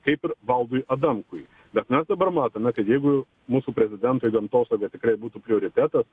kaip ir valdui adamkui bet mes dabar matome kad jeigu jau mūsų prezidentui gamtosauga tikrai būtų prioritetas